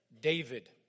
David